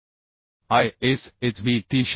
ISHB 300 आहे